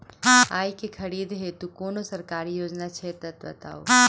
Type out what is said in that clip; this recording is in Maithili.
आइ केँ खरीदै हेतु कोनो सरकारी योजना छै तऽ बताउ?